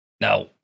Now